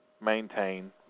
maintain